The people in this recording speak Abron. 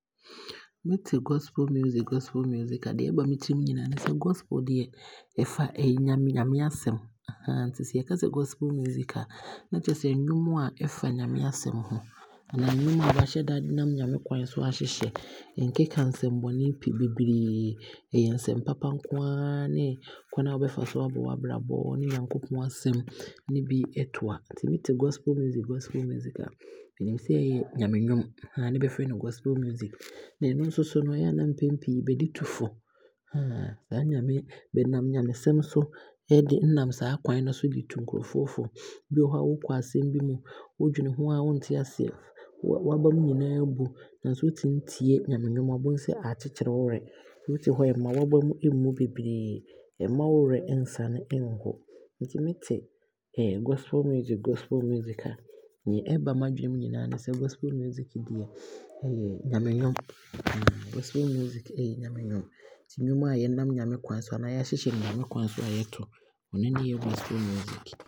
Mete gosple music gosple music a, deɛ ɛba me tirim aa ne sɛ gosple deɛɛfa Nyame Nyame asɛm, nti sɛ yɛka sɛ gosple music a na kyerɛ sɛ nnwom a ɛfa Nyame asɛm ho. Nnwom a baahyɛda nam Nyame akwan so ahyehyɛ, ɛkeka nsɛm bɔnee pii beberee, ɛyɛ nsɛm papa nko aa ne kwane a wobɛfa so aabɔ abrabɔ ne Nyankontɔn asɛm ne bi ɛto a, nti me te gosple music gosple music a, me nim sɛ ɛyɛ Nyamennwom ne bɛfrɛ no gosple music. Na ɛno nsoso no ɛyɛ a mpen pii bɛde tu fo. Saa Nyame, bɛnam Nyame asɛm so ɛnam saa kwan no so de tu nkrɔfoɔ fo, nti bi wɔ hɔ a wookɔ asɛm bi mu, wodwene ho aa wonte aseɛ, waaba mu nyinaa aabu, nanso wotumi tie Nyamennwom a wobɛhu sɛ wo werɛ aakyekyere, wo te hɔ a,ɛmma w'aba mu mmu beberee, ɛmma wo werɛ ɛnsan ɛnho. Nti me te gosple music gosple music a neɛ ɛba m'adwene mu nyinaa ne sɛ gosple music ɛyɛ Nyamennwom, gosple music ɛyɛ Nyamennwom. Nti nnwom a yɛ nam Nyame kwan so anaa yɛahyehyɛ no Nyame kwan so a yɛ to, ɔne ne yɛ gosple music.